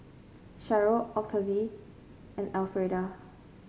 Sharyl Octavie and Alfreda